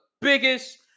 biggest